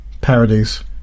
parodies